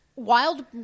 Wild